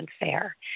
unfair